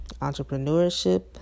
entrepreneurship